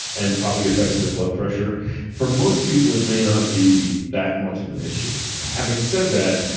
and probably affects their blood pressure for most people, it may not be that much of an issue. having said that,